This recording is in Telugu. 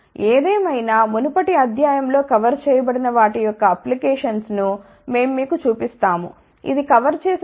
ఏదేమైనా మునుపటి అధ్యాయం లో కవర్ చేయబడిన వాటి యొక్క అప్లికేషన్స్ ను మేము మీకు చూపిస్తాము ఇది కవర్ చేసిన పరికరం లో ఒకటి PIN డయోడ్